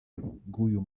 bw’uyu